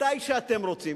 מתי שאתם רוצים.